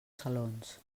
salons